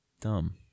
Dumb